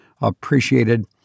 appreciated